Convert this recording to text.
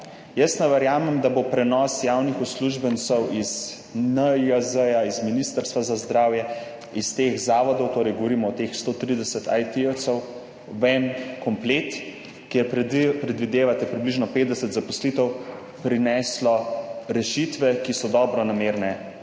Jaz ne verjamem, da bo prenos javnih uslužbencev iz NIJZ, iz Ministrstva za zdravje, iz teh zavodov, torej govorimo o teh 130 IT-jevcev v en komplet, kjer vi predvidevate približno 50 zaposlitev, prineslo rešitve, ki so dobronamerne